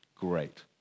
great